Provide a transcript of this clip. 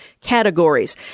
categories